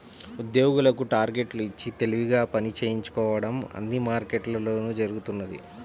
ఉద్యోగులకు టార్గెట్లు ఇచ్చి తెలివిగా పని చేయించుకోవడం అన్ని మార్కెట్లలోనూ జరుగుతున్నదే